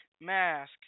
mask